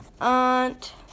aunt